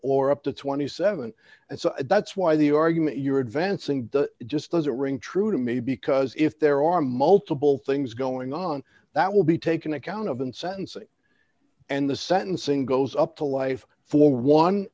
or up to twenty seven and so that's why the argument you're advancing just doesn't ring true to me because if there are multiple things going on that will be taken account of in sentencing and the sentencing goes up to life for one